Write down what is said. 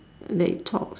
that it talks